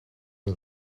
una